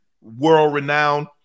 world-renowned